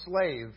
slave